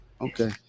Okay